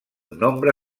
nombre